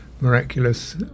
miraculous